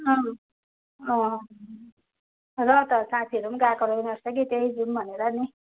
उम् अँ र त साथीहरू पनि गएको छैन रहेछ कि त्यहीँ जाउँ भनेर नि